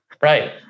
Right